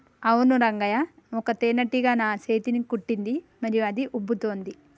అవును రంగయ్య ఒక తేనేటీగ నా సేతిని కుట్టింది మరియు అది ఉబ్బుతోంది